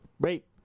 rape